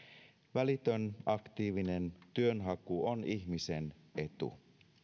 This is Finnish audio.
välitön aktiivinen työnhaku on ihmisen etu